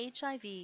HIV